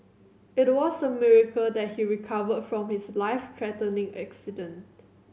it was a miracle that he recovered from his life threatening accident